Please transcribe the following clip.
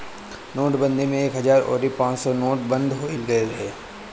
नोटबंदी में एक हजार अउरी पांच सौ के नोट बंद हो गईल रहे